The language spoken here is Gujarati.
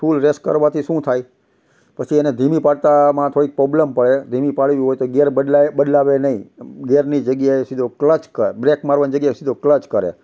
ફૂલ રેસ કરવાથી શું થાય પછી એને ધીમી પાડવામાં થોડીક પોબલમ પડે ધીમી પાડવી હોય તો ગેર બદલાવે નહીં ગિયરની જગ્યાએ સીધો ક્લચ બ્રેક મારવાની જગ્યાએ સીધો ક્લચ કરે